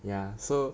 ya so